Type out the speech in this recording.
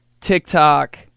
TikTok